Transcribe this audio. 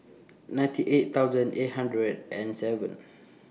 ninety eight thousand eight hundred and seven